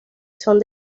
son